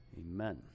Amen